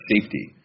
safety